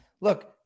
look